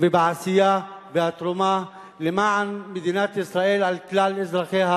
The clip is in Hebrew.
ובעשייה ובתרומה למען מדינת ישראל על כלל אזרחיה,